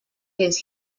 his